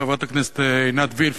חברת הכנסת עינת וילף,